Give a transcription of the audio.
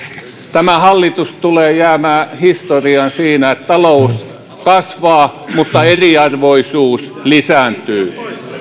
tämä hallitus tulee jäämään historiaan siinä että talous kasvaa mutta eriarvoisuus lisääntyy